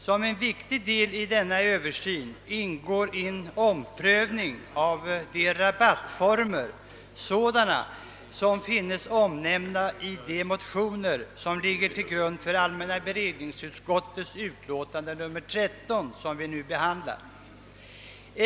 Som en viktig del av denna översyn ingår en omprövning av sådana rabattformer som finns omnämnda i de motioner, som ligger till grund för allmänna beredningsutskottets utlåtande nr 13 som nu behandlas.